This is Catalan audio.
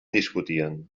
discutien